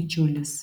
didžiulis